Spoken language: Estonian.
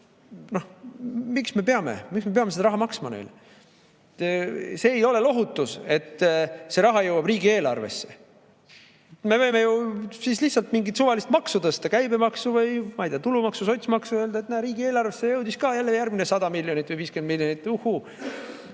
monopoolne ettevõte. Miks me peame seda raha maksma neile? See ei ole lohutus, et see raha jõuab riigieelarvesse. Me võime ju siis lihtsalt mingit suvalist maksu tõsta, käibemaksu või, ma ei tea, tulumaksu, sotsmaksu, ja öelda, et näe, riigieelarvesse jõudis jälle järgmine 100 miljonit või 50 miljonit. Juhhuu!